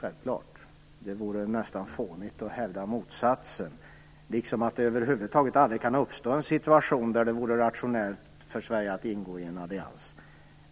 Självklart. Det vore nästan fånigt att hävda motsatsen, liksom att det över huvud taget aldrig kan uppstå en situation där det vore rationellt för Sverige att ingå i en allians.